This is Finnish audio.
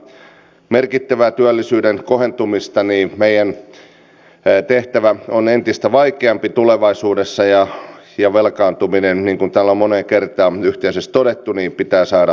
ilman merkittävää työllisyyden kohentumista meidän tehtävämme on entistä vaikeampi tulevaisuudessa ja velkaantuminen niin kuin täällä on moneen kertaan yhteisesti todettu pitää saada loppumaan